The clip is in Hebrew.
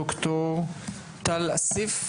ד"ר טל אסיף.